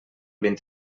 vint